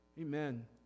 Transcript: Amen